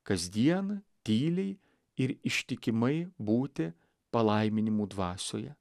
kasdien tyliai ir ištikimai būti palaiminimų dvasioje